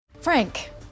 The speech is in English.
Frank